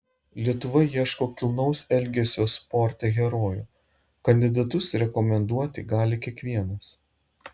lietuva ieško kilnaus elgesio sporte herojų kandidatus rekomenduoti gali kiekvienas